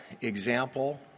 example